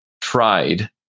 tried